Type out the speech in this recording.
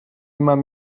mam